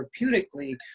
therapeutically